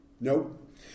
Nope